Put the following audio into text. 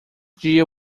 dia